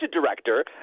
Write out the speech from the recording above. director